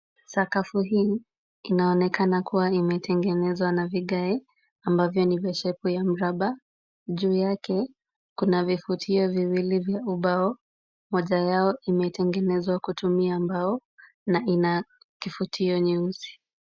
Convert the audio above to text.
Sakafu hii inaonekana kuwa imetengenezwa na vigae ambavyo ni vya shepu ya mraba. Juu yake kuna vifutio viwili vya ubao. Moja yao imetengenezwa kutumia mbao na ina kifutio nyeusi.